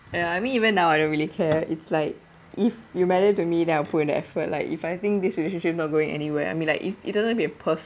ya I mean even now I don't really care it's like if you matter to me then I'll put in the effort like if I think this relationship not going anywhere I mean like it's it doesn't have to be a personal